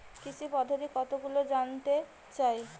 কৃষি পদ্ধতি কতগুলি জানতে চাই?